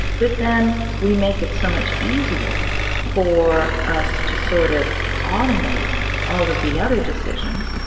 but then we make it so much easier for us to sort of automate all of the other decisions.